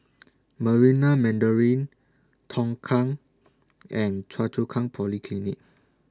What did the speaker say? Marina Mandarin Tongkang and Choa Chu Kang Polyclinic